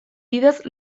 bidez